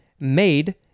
Made